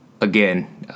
again